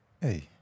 hey